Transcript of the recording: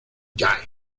jae